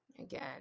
Again